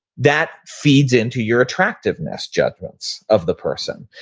that feeds into your attractiveness judgments of the person.